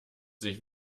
sich